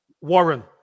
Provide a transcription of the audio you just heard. Warren